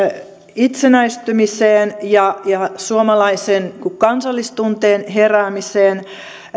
itsenäistymiseen ja ja suomalaisen kansallistunteen heräämiseen